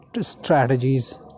strategies